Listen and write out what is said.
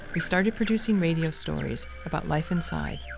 we started producing radio stories about life inside.